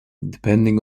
depending